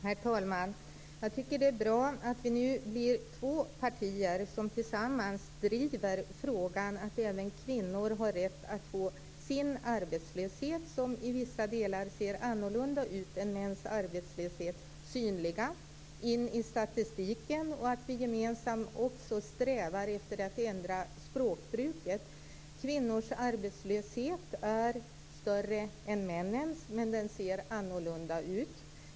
Herr talman! Jag tycker att det är bra att vi nu blir två partier som tillsammans driver frågan att även kvinnor har rätt att få sin arbetslöshet, som i vissa delar ser annorlunda ut än mäns arbetslöshet, synlig och införd i statistiken och att vi gemensamt också strävar efter att ändra språkbruket. Kvinnors arbetslöshet är större än männens, men den ser annorlunda ut.